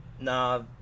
nah